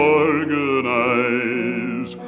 organize